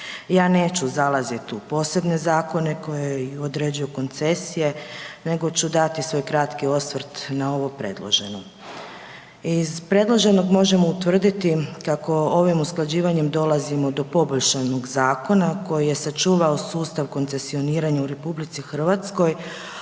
Ja neću zalaziti u posebne zakone koje određuju koncesije, nego ću dati svoj kratki osvrt na ovo predloženo. Iz predloženog možemo utvrditi kako ovim usklađivanjem dolazimo do poboljšanog zakona koji je sačuvao sustav koncesioniranja u RH, a ovdje